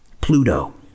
Pluto